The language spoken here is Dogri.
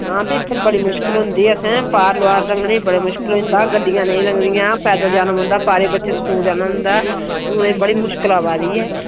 हां ते इत्थें बड़ी मुश्कल होंदी असें पार रोआर लंघने ई बड़ा मुशकल होई जंदा गड्डियां नेईं लंघदियां पैदल जाना पौंदा पारै ई बच्चे स्कूल जाना होंदा उनेंई बड़ी मुशकल आवा दी ऐ